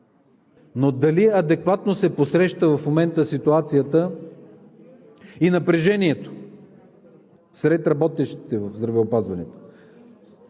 но дали адекватно се посреща в момента ситуацията и напрежението сред работещите в здравеопазването?